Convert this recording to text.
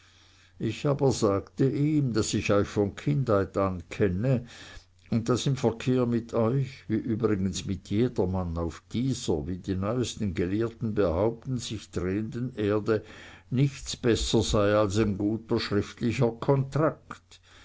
ich aber sagte ihm daß ich euch von kindheit an kenne und daß im verkehr mit euch wie übrigens mit jedermann auf dieser wie die neuesten gelehrten behaupten sich drehenden erde nichts besser sei als ein guter schriftlicher kontrakt